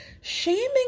Shaming